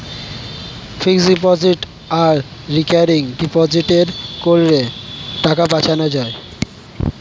fixed deposit আর recurring ডিপোজিটে করের টাকা বাঁচানো যায়